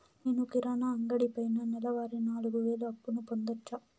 నేను కిరాణా అంగడి పైన నెలవారి నాలుగు వేలు అప్పును పొందొచ్చా?